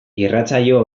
irratsaio